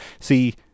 See